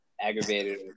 aggravated